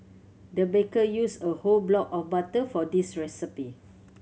the baker used a whole block of butter for this recipe